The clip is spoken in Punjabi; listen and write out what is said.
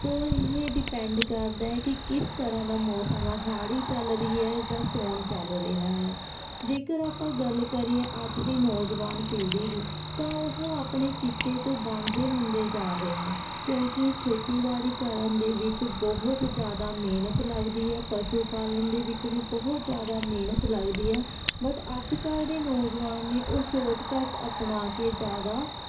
ਸੋ ਇਹ ਡਿਪੈਂਡ ਕਰਦਾ ਹੈ ਕਿ ਕਿਸ ਤਰ੍ਹਾਂ ਦਾ ਮੌਸਮ ਹੈ ਹਾੜੀ ਚੱਲ ਰਹੀ ਹੈ ਜਾਂ ਸਾਉਣ ਚੱਲ ਰਿਹਾ ਹੈ ਜੇਕਰ ਆਪਾਂ ਗੱਲ ਕਰੀਏ ਅੱਜ ਦੀ ਨੌਜਵਾਨ ਪੀੜ੍ਹੀ ਦੀ ਤਾਂ ਉਹ ਆਪਣੇ ਕਿੱਤੇ ਤੋਂ ਵਾਂਝੇ ਹੁੰਦੇ ਜਾ ਰਹੇ ਆ ਕਿਉਂਕਿ ਖੇਤੀਬਾੜੀ ਕਰਨ ਦੇ ਵਿੱਚ ਬਹੁਤ ਜ਼ਿਆਦਾ ਮਿਹਨਤ ਲੱਗਦੀ ਹੈ ਪਸ਼ੂ ਪਾਲਣ ਦੇ ਵਿੱਚ ਵੀ ਬਹੁਤ ਜ਼ਿਆਦਾ ਮਿਹਨਤ ਲੱਗਦੀ ਆ ਬਟ ਅੱਜ ਕੱਲ੍ਹ ਦੇ ਨੌਜਵਾਨ ਨੇ ਉਹ ਸ਼ੋਰਟਕੱਟ ਅਪਣਾ ਕੇ ਜ਼ਿਆਦਾ